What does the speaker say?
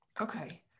Okay